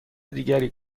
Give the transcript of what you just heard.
دیگری